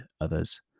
others